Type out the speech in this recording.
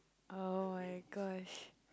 oh-my-gosh